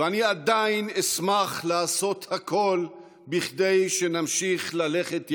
ואני עדיין אשמח לעשות הכול כדי שנמשיך ללכת יחד.